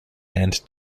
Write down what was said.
and